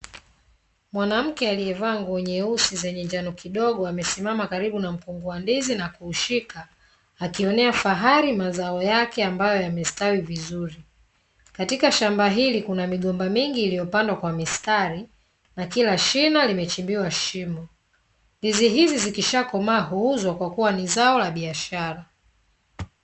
Mwanamke aliyevaa nguo nyeusi zenye njano kidogo amesimama karibu na mkungu wa ndizi na kuushika, akionea fahari mazao yake ambayo yamestawi vizuri. Katika shamba hili kuna migomba mingi iliyopandwa kwa mistari na kila shina limechimbiwa shimo. Ndizi hizi zikishakomaa huuzwa kwa kuwa ni zao la biashara.